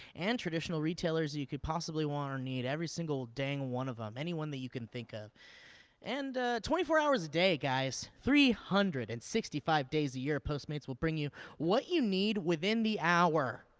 and traditional retailers you you could possibly want or need, every single dang one of them, any one that you can think of and twenty four hours a day, guys. three hundred and sixty five days a year, postmates will bring you what you need within the hour.